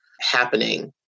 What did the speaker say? happening